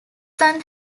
son